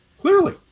Clearly